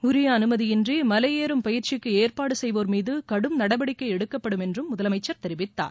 உரிய அனுமதியின்றி மலையேறும் பயிற்சிக்கு ஏற்பாடு செய்வோர் மீது கடும் நடவடிக்கை எடுக்கப்படும் என்றும் முதலமைச்சர் தெரிவித்தார்